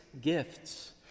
gifts